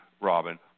Robin